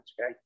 okay